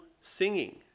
singing